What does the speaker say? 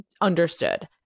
understood